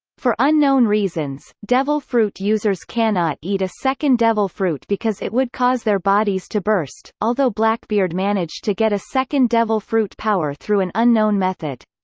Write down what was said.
for unknown reasons, devil fruit users cannot eat a second devil fruit because it would cause their bodies to burst, although blackbeard managed to get a second devil fruit power through an unknown method.